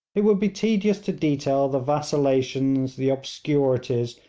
it would be tedious to detail the vacillations, the obscurities,